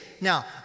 Now